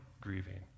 grieving